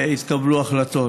ויתקבלו החלטות,